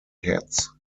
cats